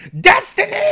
Destiny